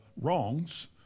wrongs